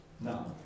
No